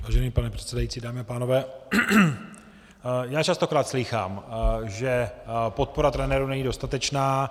Vážený pane předsedající, dámy a pánové, já častokrát slýchám, že podpora trenérů není dostatečná.